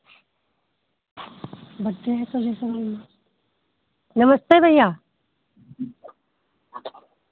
बच्चे हैं तो बेशर्म न नमस्ते भैया